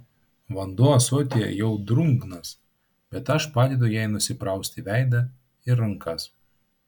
vanduo ąsotyje jau drungnas bet aš padedu jai nusiprausti veidą ir rankas